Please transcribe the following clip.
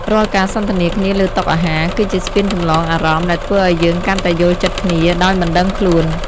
រាល់ការសន្ទនាគ្នាលើតុអាហារ គឺជាស្ពានចម្លងអារម្មណ៍ដែលធ្វើឱ្យយើងកាន់តែយល់ចិត្តគ្នាដោយមិនដឹងខ្លួន។